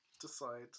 decide